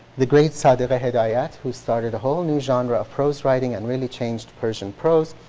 the great sadiq hidayat, who started a whole new genre of prose writing and really changed persian prose.